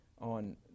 on